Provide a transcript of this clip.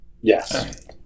Yes